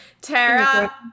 Tara